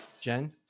Jen